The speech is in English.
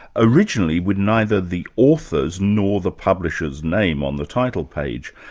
originally with neither the author's nor the publisher's name on the title page.